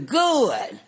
good